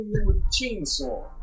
Chainsaw